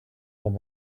what